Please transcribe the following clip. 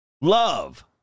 Love